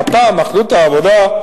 מפא"י, מפ"ם, אחדות העבודה.